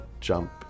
jump